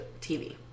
TV